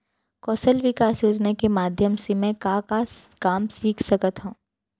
कौशल विकास योजना के माधयम से मैं का का काम सीख सकत हव?